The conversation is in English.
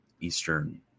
Eastern